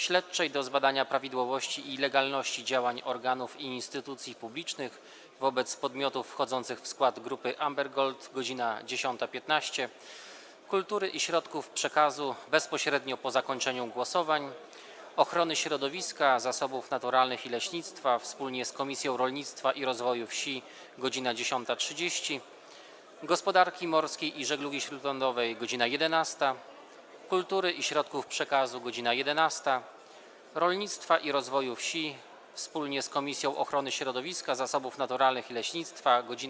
Śledczej do zbadania prawidłowości i legalności działań organów i instytucji publicznych wobec podmiotów wchodzących w skład Grupy Amber Gold - godz. 10.15, - Kultury i Środków Przekazu - bezpośrednio po zakończeniu głosowań, - Ochrony Środowiska, Zasobów Naturalnych i Leśnictwa wspólnie z Komisją Rolnictwa i Rozwoju Wsi - godz. 10.30, - Gospodarki Morskiej i Żeglugi Śródlądowej - godz. 11, - Kultury i Środków Przekazu - godz. 11, - Rolnictwa i Rozwoju Wsi wspólnie z Komisją Ochrony Środowiska, Zasobów Naturalnych i Leśnictwa - godz.